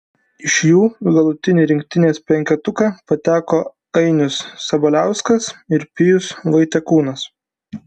iš jų į galutinį rinktinės penketuką pateko ainius sabaliauskas ir pijus vaitiekūnas